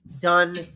done